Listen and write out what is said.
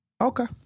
Okay